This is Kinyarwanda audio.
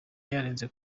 yaranze